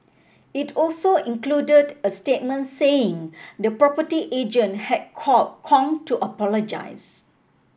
it also included a statement saying the property agent had called Kong to apologise